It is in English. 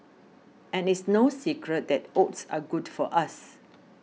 and it's no secret that oats are good for us